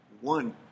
One